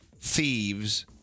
thieves